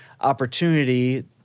opportunity